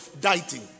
dieting